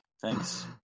thanks